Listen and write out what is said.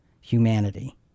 humanity